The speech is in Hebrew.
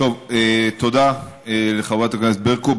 תודה לחברת הכנסת ברקו.